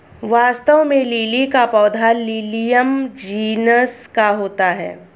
वास्तव में लिली का पौधा लिलियम जिनस का होता है